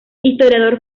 historiador